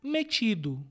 Metido